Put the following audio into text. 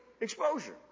Exposure